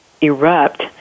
erupt